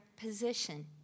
position